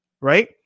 right